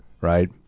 right